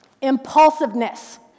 impulsiveness